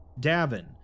Davin